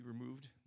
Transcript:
removed